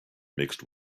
mixed